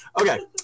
okay